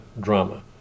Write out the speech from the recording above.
drama